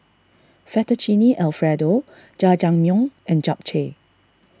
Fettuccine Alfredo Jajangmyeon and Japchae